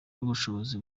n’ubushobozi